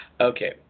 Okay